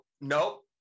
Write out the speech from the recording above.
nope